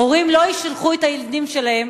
הורים לא ישלחו את הילדים שלהם